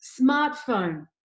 smartphone